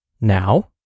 Now